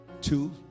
two